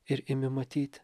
ir ėmė matyt